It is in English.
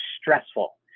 stressful